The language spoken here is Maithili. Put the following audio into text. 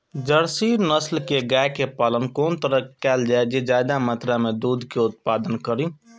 जर्सी नस्ल के गाय के पालन कोन तरह कायल जाय जे ज्यादा मात्रा में दूध के उत्पादन करी?